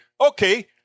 Okay